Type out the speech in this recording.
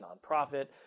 nonprofit